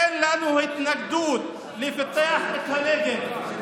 אין לנו התנגדות לפתח את הנגב.